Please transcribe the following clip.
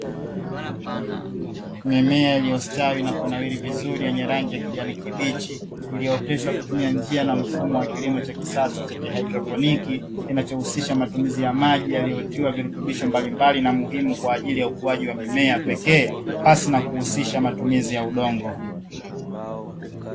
Mimea iliyostawi na kunawiri vizuri yenye rangi ya kijani kibichi, iliyooteshwa kwa kutumia njia na mfumo wa kilimo cha kisasa cha kihaidropo, kinachohusisha matumizi ya maji yaliyotiwa virutubisho mbalimbali na muhimu kwa ajili ukuaji mimea pekee; pasi na kuhusisha matumizi ya udongo.